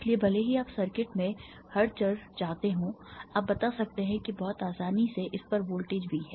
इसलिए भले ही आप सर्किट में हर चर चाहते हों आप बता सकते हैं कि बहुत आसानी से इस पर वोल्टेज V है